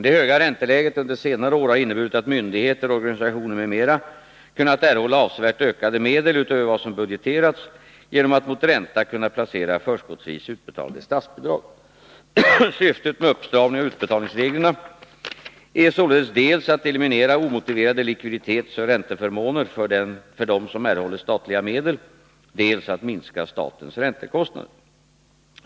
Det höga ränteläget under senare år har inneburit att myndigheter, organisationer m.m. kunnat erhålla avsevärt ökade medel utöver vad som budgeterats genom att mot ränta placera förskottsvis utbetalade statsbidrag. Syftet med uppstramningen av utbetalningsreglerna är således dels att eliminiera omotiverade likviditetsoch ränteförmåner för dem som erhåller statliga medel, dels att minska statens räntekostnader.